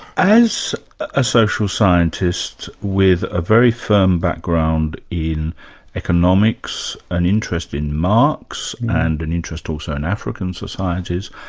as a social scientist with a very firm background in economics, an interest in marx and an interest also in african societies,